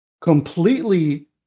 completely